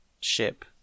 ship